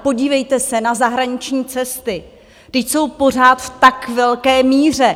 Podívejte se na zahraniční cesty vždyť jsou pořád v tak velké míře!